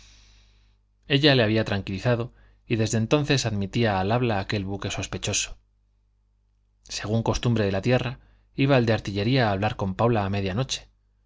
ella se había tranquilizado y desde entonces admitía al habla aquel buque sospechoso según costumbre de la tierra iba el de artillería a hablar con paula a